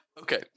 Okay